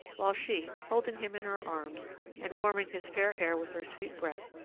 while she, holding him in her arms and warming his fair hair with her sweet breath,